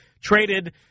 traded